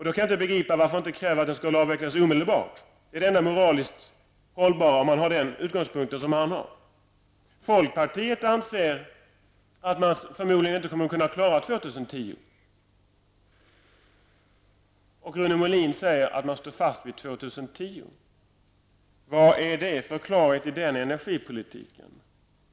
Då kan jag inte begripa varför man inte kräver att den skall avvecklas omedelbart. Det är det enda moraliskt hållbara om man har den utgångspunkten som han har. Folkpartiet anser att man förmodligen inte kommer att klara av kärnkraftsavvecklingen fram till år 2010. Rune Molin säger att man står fast vid 2010. Vad är förklaringen till den energipolitiken?